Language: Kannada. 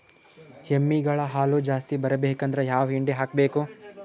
ಎಮ್ಮಿ ಗಳ ಹಾಲು ಜಾಸ್ತಿ ಬರಬೇಕಂದ್ರ ಯಾವ ಹಿಂಡಿ ಹಾಕಬೇಕು?